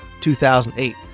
2008